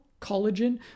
collagen